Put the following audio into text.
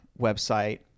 website